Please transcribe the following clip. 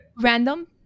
Random